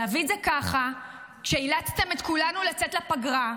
להביא את זה ככה, כשאילצתם את כולנו לצאת לפגרה,